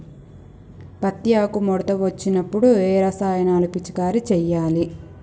పత్తి ఆకు ముడత వచ్చినప్పుడు ఏ రసాయనాలు పిచికారీ చేయాలి?